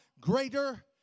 Greater